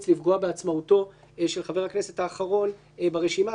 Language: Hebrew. לפגוע בעצמאותו של חבר הכנסת האחרון ברשימה,